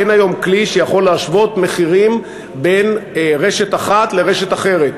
אין היום כלי שיכול להשוות מחירים בין רשת אחת לרשת אחרת.